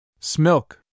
Smilk